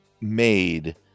made